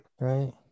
right